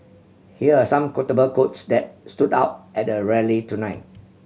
here are some quotable quotes that stood out at the rally tonight